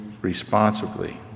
responsibly